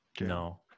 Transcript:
no